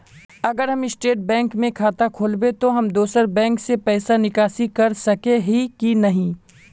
अगर हम state bank में खाता खोलबे तो हम दोसर बैंक से पैसा निकासी कर सके ही की नहीं?